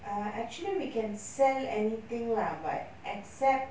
uh actually we can sell anything lah but except